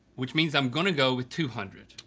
which means i'm gonna go with two hundred